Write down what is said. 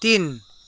तिन